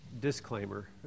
disclaimer